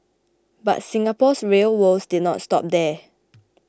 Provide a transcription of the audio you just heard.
but Singapore's rail woes did not stop there